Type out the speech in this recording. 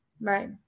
Right